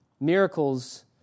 Miracles